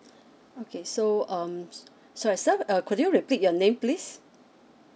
okay so um so sir could you repeat your name please